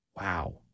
Wow